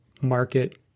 market